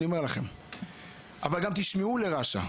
אבל גם תשמעו לרש"א,